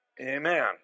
Amen